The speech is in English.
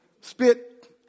Spit